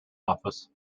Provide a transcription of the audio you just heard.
office